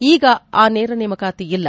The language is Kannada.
ಈಗ ಈ ನೇರ ನೇಮಕಾತಿ ಇಲ್ಲ